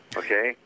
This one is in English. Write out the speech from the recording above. okay